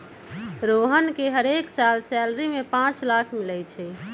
रोहन के हरेक साल सैलरी में पाच लाख मिलई छई